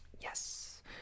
Yes